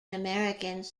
americans